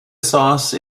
sauce